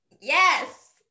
yes